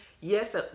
yes